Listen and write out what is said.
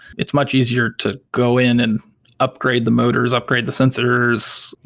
it's much easier to go in and upgrade the motors, upgrade the sensors,